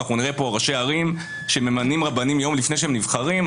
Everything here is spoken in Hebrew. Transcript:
אנחנו נראה פה ראשי ערים שממנים רבנים יום לפני שהם נבחרים,